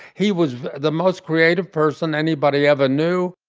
he was the most creative person anybody ever knew.